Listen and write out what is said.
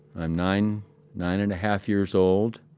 i'm nine nine and a half years old.